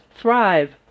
thrive